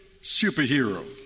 superhero